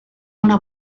una